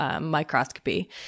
Microscopy